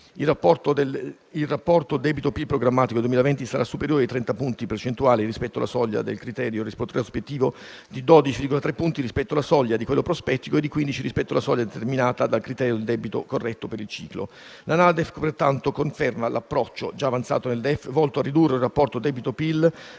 Il rapporto debito-PIL programmatico del 2020 sarà superiore di circa 30 punti percentuali rispetto alla soglia del criterio retrospettivo, di 12,3 punti rispetto alla soglia di quello prospettico e di 15 punti rispetto alla soglia determinata dal criterio del debito corretto per il ciclo. La NADEF pertanto conferma l'approccio già avanzato nel DEF, volto a ridurre il rapporto debito-PIL